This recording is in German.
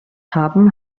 haben